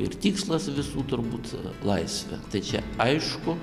ir tikslas visų turbūt laisvė tai čia aišku